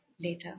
later